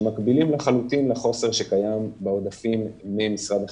שמקבילים לחלוטין לחוסר שקיים באגפים ממשרד החינוך.